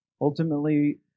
Ultimately